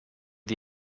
the